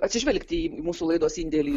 atsižvelgti į mūsų laidos indėlį